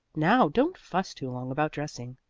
now don't fuss too long about dressing.